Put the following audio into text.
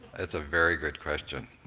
that's a very good question.